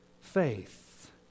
faith